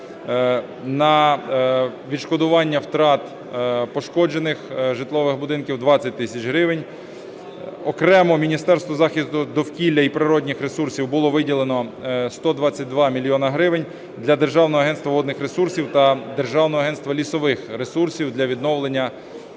на відшкодування втрат пошкоджених житлових будинків – 20 тисяч гривень. Окремо Міністерству захисту довкілля і природних ресурсів було виділено 122 мільйони гривень для Державного агентства водних ресурсів та Державного агентства лісових ресурсів для відновлення дамб,